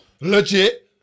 legit